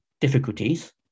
difficulties